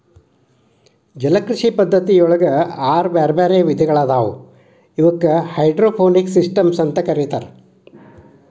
ಜಲಕೃಷಿ ಪದ್ಧತಿಯೊಳಗ ಆರು ಬ್ಯಾರ್ಬ್ಯಾರೇ ವಿಧಗಳಾದವು ಇವಕ್ಕ ಹೈಡ್ರೋಪೋನಿಕ್ಸ್ ಸಿಸ್ಟಮ್ಸ್ ಅಂತ ಕರೇತಾರ